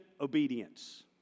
obedience